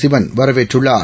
சிவன் வரவேற்றுள்ளார்